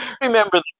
remember